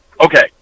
Okay